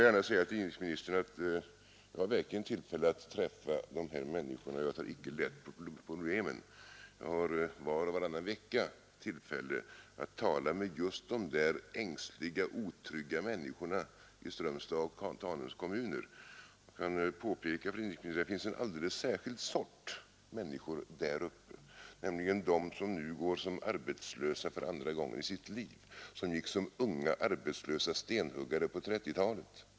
Jag vill säga till inrikesministern att jag verkligen har tillfälle att träffa de här människorna, och jag tar icke lätt på problemen. Jag har var och varannan vecka tillfälle att tala med just de där ängsliga, otrygga människorna i Strömstads och Tanums kommuner. Jag kan påpeka för inrikesministern att det finns en alldeles särskild sorts människor däruppe, nämligen de som nu går som arbetslösa för andra gången i sitt liv. De gick som unga stenhuggare arbetslösa på 1930-talet.